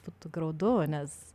būtų graudu nes